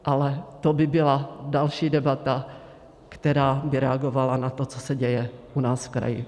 Ale to by byla další debata, která by reagovala na to, co se děje u nás v kraji.